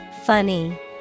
Funny